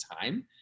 time